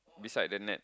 beside the net